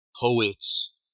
poets